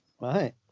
Right